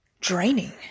draining